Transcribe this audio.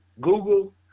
Google